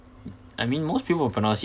I mean most people will pronounce it